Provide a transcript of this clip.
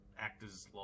actors